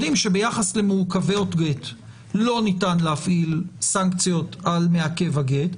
שביחס למעוכבות גט לא ניתן להפעיל סנקציות על מעכב הגט,